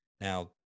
Now